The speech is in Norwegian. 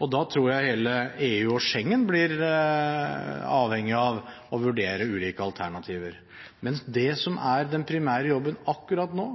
Og da tror jeg hele EU og Schengen blir avhengig av å vurdere ulike alternativer. Men det som må være den primære jobben akkurat nå,